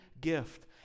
gift